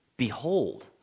Behold